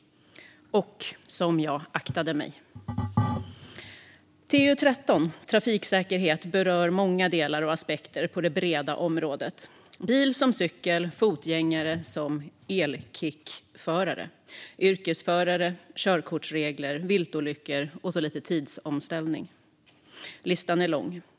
Och som jag passade mig. Listan är lång.